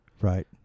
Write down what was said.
Right